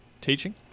teaching